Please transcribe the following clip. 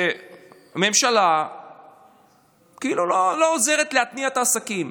שהממשלה כאילו לא עוזרת להתניע את העסקים.